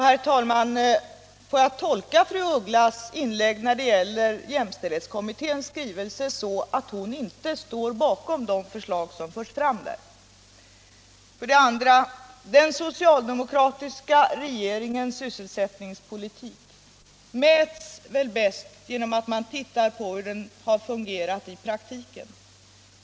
Herr talman! Får jag tolka fru af Ugglas uttalande när det gäller jämställdhetskommitténs skrivelse så, att hon inte står bakom de förslag som där förs fram? Den socialdemokratiska regeringens sysselsättningspolitik mäts väl bäst genom att man tittar på hur den har fungerat i praktiken.